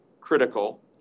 critical